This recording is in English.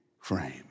frame